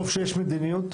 טוב שיש מדיניות.